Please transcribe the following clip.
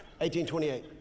1828